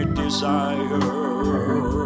desire